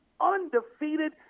undefeated